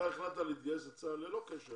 אתה החלטת להתגייס לצה"ל ללא קשר